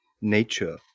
nature